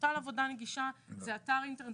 פורטל עבודה נגישה זה אתר אינטרנט.